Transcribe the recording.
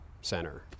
center